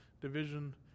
division